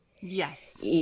Yes